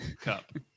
cup